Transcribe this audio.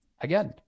again